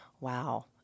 Wow